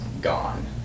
gone